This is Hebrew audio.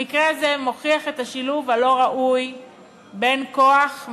המקרה הזה מוכיח את השילוב הלא-ראוי בין כוח,